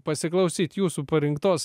pasiklausyt jūsų parinktos